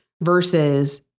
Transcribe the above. versus